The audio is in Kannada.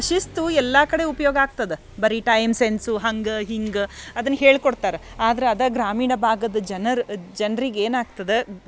ಶಿಸ್ತು ಎಲ್ಲ ಕಡೆ ಉಪಯೋಗ ಆಗ್ತದೆ ಬರೀ ಟೈಮ್ ಸೆನ್ಸು ಹಂಗೆ ಹಿಂಗೆ ಅದನ್ನು ಹೇಳ್ಕೊಡ್ತಾರ ಆದ್ರೆ ಅದೇ ಗ್ರಾಮೀಣ ಭಾಗದ ಜನರ ಜನ್ರಿಗೆ ಏನಾಗ್ತದೆ